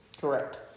Correct